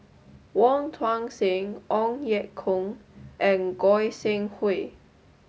Wong Tuang Seng Ong Ye Kung and Goi Seng Hui